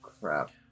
crap